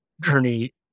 journey